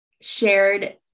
shared